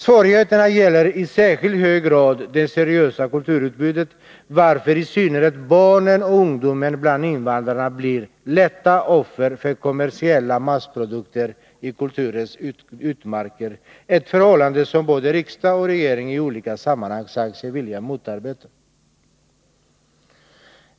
Svårigheterna gäller i särskilt hög grad det seriösa kulturutbudet, varför i synnerhet barnen och ungdomen bland invandrarna blir lätta offer för kommersiella massprodukter i kulturens utmarker — ett förhållande som både riksdag och regering i olika sammanhang sagt sig vilja motarbeta.